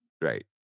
Right